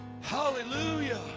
Hallelujah